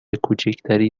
کوچکتری